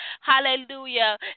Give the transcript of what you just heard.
Hallelujah